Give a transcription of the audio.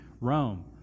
Rome